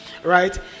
right